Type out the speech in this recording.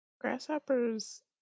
Grasshoppers